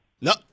no